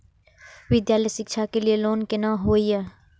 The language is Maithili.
विद्यालय शिक्षा के लिय लोन केना होय ये?